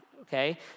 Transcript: Okay